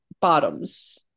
Bottoms